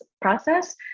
process